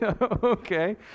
Okay